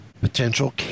potential